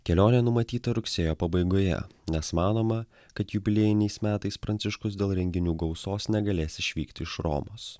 kelionė numatyta rugsėjo pabaigoje nes manoma kad jubiliejiniais metais pranciškus dėl renginių gausos negalės išvykti iš romos